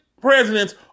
presidents